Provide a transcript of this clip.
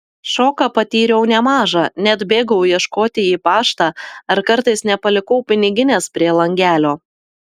šoką patyriau nemažą net bėgau ieškoti į paštą ar kartais nepalikau piniginės prie langelio